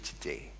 today